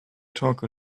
talk